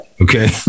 Okay